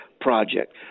project